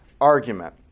argument